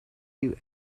you